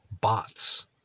bots